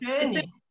journey